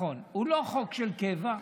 הוא לא חוק של קבע.